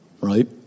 Right